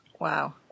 wow